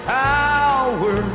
power